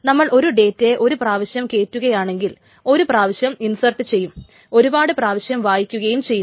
നമ്മൾ ഒരു ഡേറ്റയെ ഒരു പ്രാവശ്യം കേറ്റുകയാണെങ്കിൽ ഒരു പ്രാവശ്യം ഇൻസർട്ട് ചെയ്യുകയും ഒരുപാട് പ്രാവശ്യം വായിക്കുകയും ചെയ്യുന്നു